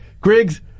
Griggs